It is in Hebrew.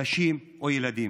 נשים או ילדים.